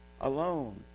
alone